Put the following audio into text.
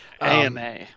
AMA